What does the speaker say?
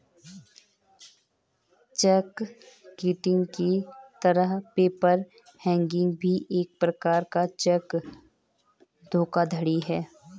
check kiting की तरह paper hanging भी एक प्रकार का चेक धोखाधड़ी है